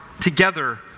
together